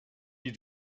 die